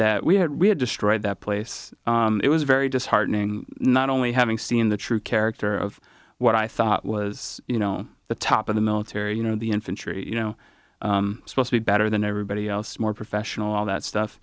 that we had we had destroyed that place it was very disheartening not only having seen the true character of what i thought was you know the top of the military you know the infantry you know better than everybody else more professional all that stuff